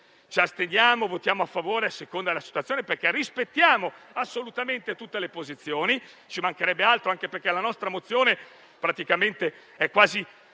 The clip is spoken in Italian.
ci asterremo o voteremo a favore, a seconda della situazione, perché rispettiamo assolutamente tutte le posizioni (ci mancherebbe altro, anche perché la nostra mozione è quasi